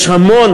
יש המון,